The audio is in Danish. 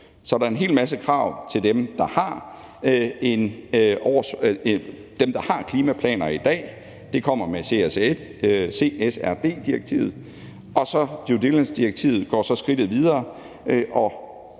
Så der er en hel masse krav til dem, der har klimaplaner i dag – det kommer med CSRD-direktivet – og due diligence-direktivet